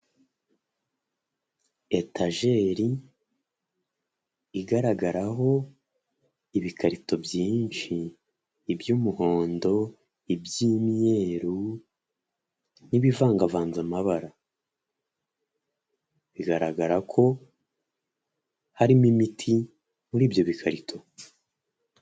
Etageri igaragaraho ibikarito byinshi iby'umuhondo iby'ibyimyeru n'ibivangavanze amabara, bigaragara ko harimo imiti muri ibyo bikarito.